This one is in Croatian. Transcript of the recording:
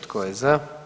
Tko je za?